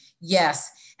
yes